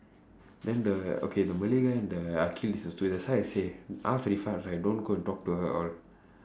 then the okay the malay guy and the akhil is that's why I say ask right don't go and talk to her all